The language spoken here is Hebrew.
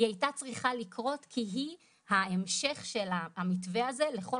היא הייתה צריכה לקרות כי היא ההמשך של המתווה הזה לכל